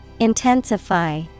Intensify